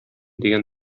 дигән